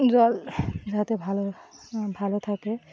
জল যাতে ভালো ভালো থাকে